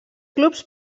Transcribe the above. clubs